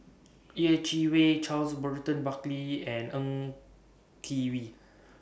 Yeh Chi Wei Charles Burton Buckley and Ng Kee We